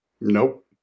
Nope